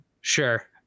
Sure